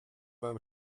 beim